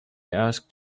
asked